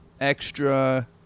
extra